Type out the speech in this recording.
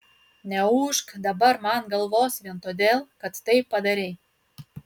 neūžk dabar man galvos vien todėl kad tai padarei